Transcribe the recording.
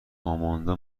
آماندا